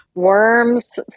Worms